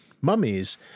mummies